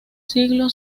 siglo